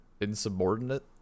insubordinate